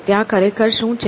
ત્યાં ખરેખર શું છે